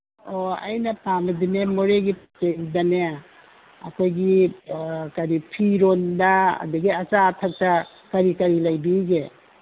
ꯑꯣ ꯑꯩꯅ ꯄꯥꯝꯕꯗꯤꯅꯦ ꯃꯣꯔꯦꯒꯤ ꯑꯩꯈꯣꯏꯒꯤ ꯀꯔꯤ ꯐꯤꯔꯣꯜꯗ ꯑꯗꯒꯤ ꯑꯆꯥ ꯑꯊꯛꯇ ꯀꯔꯤ ꯀꯔꯤ ꯂꯩꯕꯤꯔꯤꯒꯦ